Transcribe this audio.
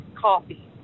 coffee